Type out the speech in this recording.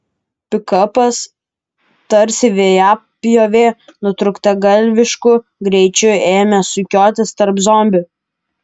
pikapas tarsi vejapjovė nutrūktgalvišku greičiu ėmė sukiotis tarp zombių